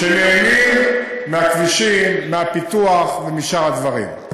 שנהנים מהכבישים, מהפיתוח ומשאר הדברים.